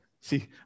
See